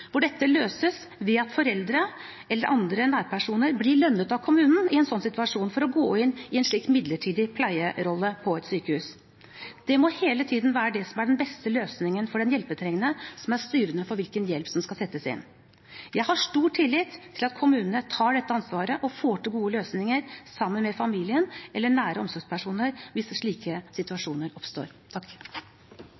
hvor dette løses ved at foreldre eller andre nære personer blir lønnet av kommunen i en slik situasjon for å gå inn i en slik midlertidig pleierolle på et sykehus. Det må hele tiden være det som er den beste løsningen for den hjelpetrengende, som er styrende for hvilken hjelp som skal settes inn. Jeg har stor tillit til at kommunene tar dette ansvaret og får til gode løsninger sammen med familien eller nære omsorgspersoner hvis slike